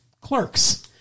clerks